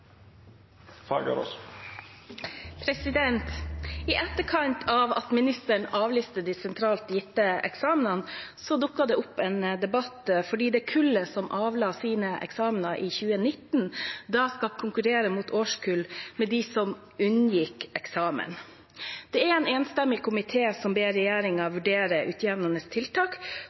på. I etterkant av at ministeren avlyste de sentralt gitte eksamenene, dukket det opp en debatt fordi det kullet som avla sine eksamener i 2019, skal konkurrere mot årskull som unngikk eksamen. Det er en enstemmig komité som ber regjeringen vurdere utjevnende tiltak